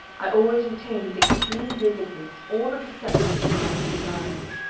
i always retained with extreme vividness all the perceptions of my two lives.